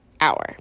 hour